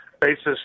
basis